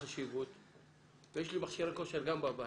הנה אני מודע לחשיבות ויש לי מכשירי כושר גם בבית.